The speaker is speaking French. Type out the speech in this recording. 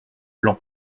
plan